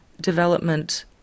development